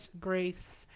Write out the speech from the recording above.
grace